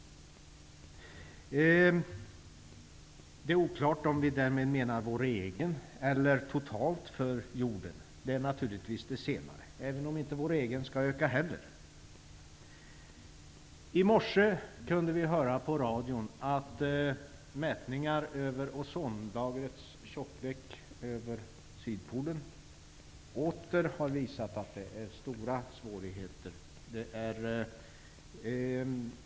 Det är oklart om regeringen därmed menar vår egen miljöskuld, eller om det är jordens totala miljöskuld som inte får öka. Det är naturligtvis det senare, även om inte heller vår egen miljöskuld skall öka. I morse kunde vi höra på radion att mätningar av ozonlagrets tjocklek över Sydpolen åter har visat att det finns stora svårigheter.